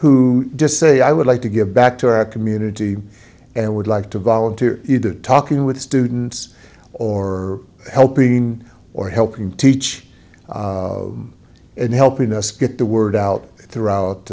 who just say i would like to give back to our community and would like to volunteer either talking with students or helping or helping teach and helping us get the word out throughout